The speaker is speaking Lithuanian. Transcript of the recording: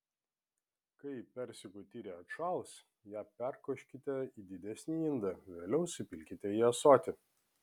kai persikų tyrė atšals ją perkoškite į didesnį indą vėliau supilkite į ąsotį